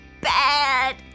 bad